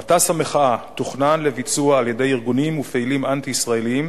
מטס המחאה תוכנן לביצוע על-ידי ארגונים ופעילים אנטי-ישראליים,